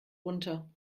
runter